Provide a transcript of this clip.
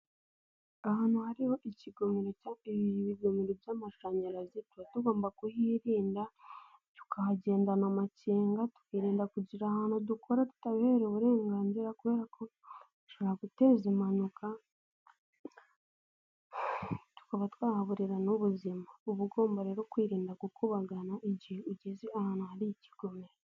Ahantu hariho ikigomero cya, ibigomero by'amashanyarazi tuba tugomba kuhirinda, tukahagendana amakenga tukirinda kugira ahantu dukora tutabiherewe uburenganzira kubera ko, bishobora guteza impanuka tukaba twahaburira n'ubuzima. Uba ugomba rero kwirinda gukubagana igihe ugeze ahantu hari ikigomero.